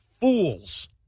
fools